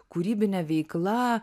kūrybine veikla